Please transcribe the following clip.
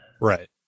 Right